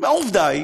והעובדה היא